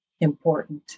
important